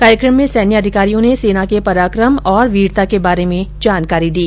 कार्यक्रम में सैन्य अधिकारियों ने सेना के पराक्रम और वीरता के बारे में जानकारी दी